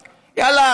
יאללה,